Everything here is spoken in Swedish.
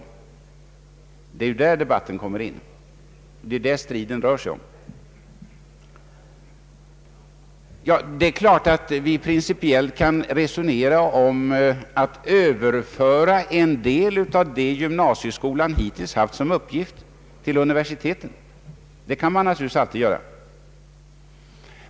Det är detta striden gäller. Vi kan givetvis principiellt resonera om att överföra en del av gymnasieskolans hittillsvarande uppgifter till universiteten; det kan vi alltid göra.